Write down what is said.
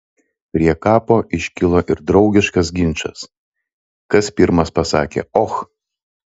prie kapo iškilo ir draugiškas ginčas kas pirmas pasakė och